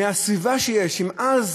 בסביבה שיש, אם אז